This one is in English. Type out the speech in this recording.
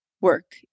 work